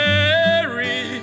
Mary